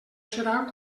serà